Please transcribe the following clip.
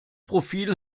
profil